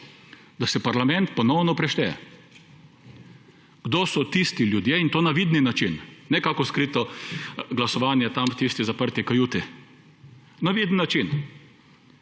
da se parlament ponovno prešteje. Kdo so tisti ljudje … in to na vidni način, ne kako skrito glasovanje tam v tisti zaprti kajuti. Na viden način.